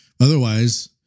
Otherwise